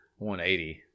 180